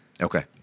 Okay